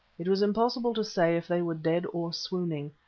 it was impossible to say if they were dead or swooning.